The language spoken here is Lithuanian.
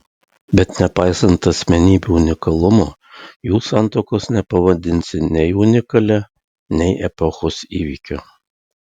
bet nepaisant asmenybių unikalumo jų santuokos nepavadinsi nei unikalia nei epochos įvykiu